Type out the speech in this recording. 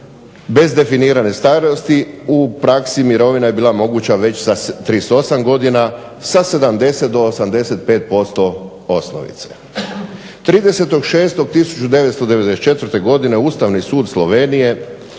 bez definirane starosti, u praksi mirovina je bila moguća već sa 38 godina, sa 70 do 80% osnovice. 30. 6. 1994. Ustavni sud Slovenije